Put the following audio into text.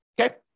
Okay